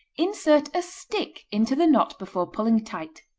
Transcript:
insert a stick into the knot before pulling tight.